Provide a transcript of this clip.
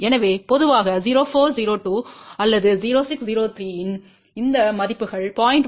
எனவே பொதுவாக 0402 அல்லது 0603 இன் இந்த மதிப்புகள் 0